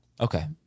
Okay